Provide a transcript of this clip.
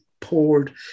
poured